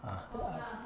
ah